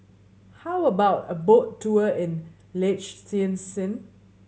how about a boat tour in Liechtenstein